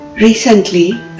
recently